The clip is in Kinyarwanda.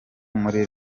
muri